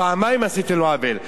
פעמיים עשיתם לו עוול.